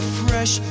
fresh